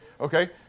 Okay